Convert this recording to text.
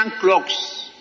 clocks